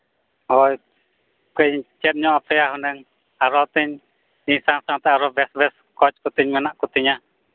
ᱦᱳᱭ ᱠᱟᱹᱡ ᱤᱧ ᱪᱮᱫᱧᱚᱜ ᱟᱯᱮᱭᱟ ᱦᱩᱱᱟᱹᱝ ᱟᱨᱚᱛᱤᱧ ᱤᱧ ᱥᱟᱶᱼᱥᱟᱶᱛᱮ ᱟᱨᱚ ᱵᱮᱥᱼᱵᱮᱥ ᱠᱳᱪᱠᱚᱛᱤᱧ ᱢᱮᱱᱟᱜ ᱠᱚᱛᱤᱧᱟ